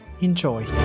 Enjoy